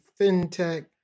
fintech